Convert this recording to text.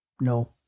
No